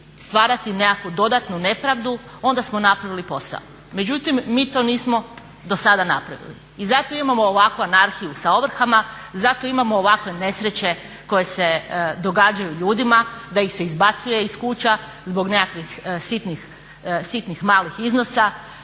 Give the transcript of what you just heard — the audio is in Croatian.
stvarati nekakvu dodatnu nepravdu onda smo napravili posao. Međutim, mi to nismo dosada napravili i zato imamo ovakvu anarhiju sa ovrhama, zato imamo ovakve nesreće koje se događaju ljudima da ih se izbacuje iz kuća zbog nekakvih sitnih malih iznosa.